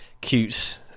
cute